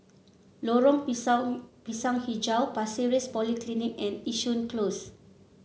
Lorong Pisang hijau Pasir Ris Polyclinic and Yishun Close